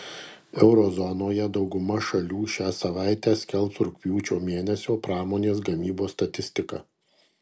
euro zonoje dauguma šalių šią savaitę skelbs rugpjūčio mėnesio pramonės gamybos statistiką